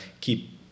keep